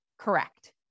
Correct